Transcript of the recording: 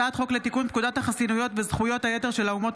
הצעת חוק לתיקון פקודת החסינויות וזכויות היתר של האומות